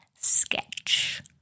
sketch